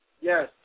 Yes